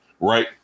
Right